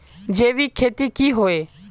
जैविक खेती की होय?